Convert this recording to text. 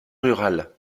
rurales